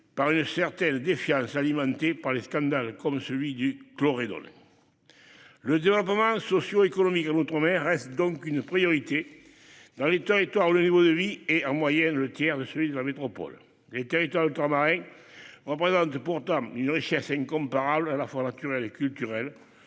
par une certaine défiance, alimentée par des scandales comme celui du chlordécone. Le développement socio-économique en outre-mer reste donc une priorité, dans des territoires où le niveau de vie est, en moyenne, le tiers de celui de la métropole. Les territoires ultramarins représentent pourtant une richesse incomparable, à la fois naturelle et culturelle.